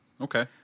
Okay